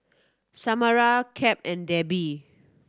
Samara Cap and Debbie